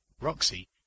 Roxy